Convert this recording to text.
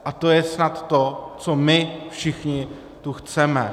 A to je snad to, co my všichni tu chceme.